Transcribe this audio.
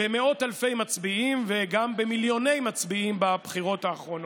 במאות אלפי מצביעים וגם במיליוני מצביעים בבחירות האחרונות,